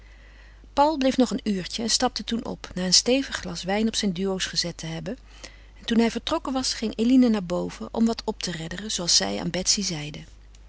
paul bleef nog een uurtje en stapte toen op na een stevig glas wijn op zijn duo's gezet te hebben toen hij vertrokken was ging eline naar boven om wat op te redderen zooals zij aan betsy zeide